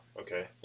Okay